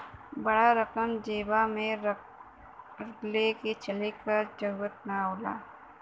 बड़ा रकम जेबा मे ले के चले क जरूरत ना होला